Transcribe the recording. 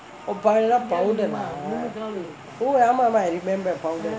oh அப்போ எல்லாம்:appo ellam powder ah oh ஆமா ஆமா:aamaa aamaa I remember powder